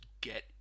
get